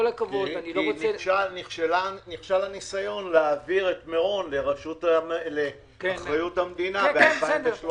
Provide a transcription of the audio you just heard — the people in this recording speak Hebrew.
כי נכשל הניסיון להעביר את מירון לאחריות המדינה ב-2013.